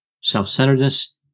self-centeredness